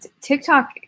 TikTok